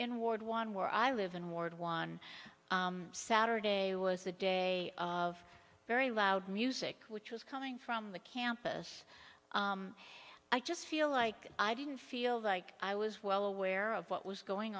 in ward one where i live in ward one saturday was a day of very loud music which was coming from the campus i just feel like i didn't feel like i was well aware of what was going